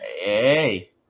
hey